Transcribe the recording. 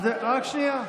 רק שנייה.